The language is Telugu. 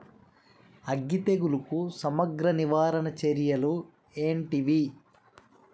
అగ్గి తెగులుకు సమగ్ర నివారణ చర్యలు ఏంటివి?